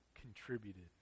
contributed